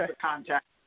contact